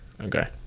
Okay